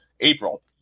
April